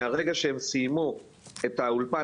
מהרגע שהם סיימו את האולפן,